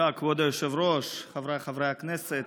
כבוד היושב-ראש, חבריי חברי הכנסת,